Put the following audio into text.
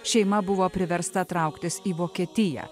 šeima buvo priversta trauktis į vokietiją